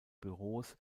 büros